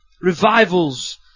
Revivals